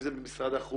אם זה ממשרד החוץ,